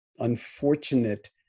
unfortunate